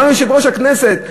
אמר יושב-ראש הכנסת,